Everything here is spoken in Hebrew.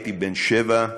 הייתי בן שבע,